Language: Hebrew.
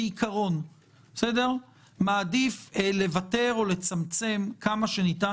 כעיקרון אני מעדיף לוותר או לצמצם כמה שיותר